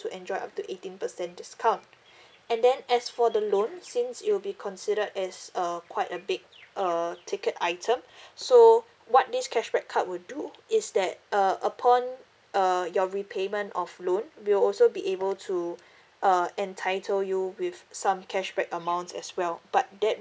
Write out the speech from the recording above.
to enjoy up to eighteen percent discount and then as for the loan since it'll be considered as a quite a big err ticket item so what this cashback card would do is that uh upon uh your repayment of loan we'll also be able to uh entitle you with some cashback amount as well but that